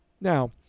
Now